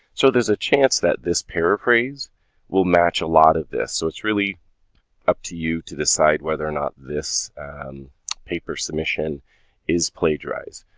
so there's a chance that this paraphrase will match a lot of this so it's really up to you to decide whether or not this paper submission is plagiarize.